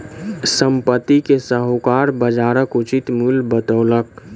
संपत्ति के साहूकार बजारक उचित मूल्य बतौलक